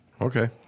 Okay